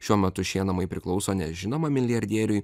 šiuo metu šie namai priklauso nežinoma milijardieriui